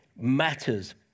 Matters